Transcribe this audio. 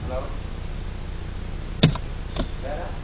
hello வேறு